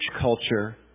culture